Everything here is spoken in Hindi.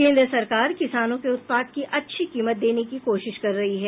केंद्र सरकार किसानों के उत्पाद की अच्छी कीमत देने की कोशिश कर रही है